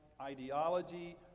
ideology